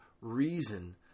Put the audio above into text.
reason